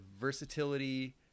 versatility